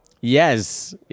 Yes